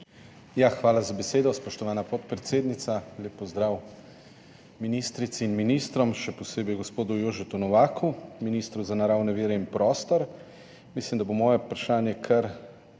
Hvala za besedo, spoštovana podpredsednica. Lep pozdrav ministrici in ministrom, še posebej gospodu Jožetu Novaku, ministru za naravne vire in prostor! Mislim, da bo moje vprašanje kar aktualno.